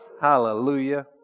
Hallelujah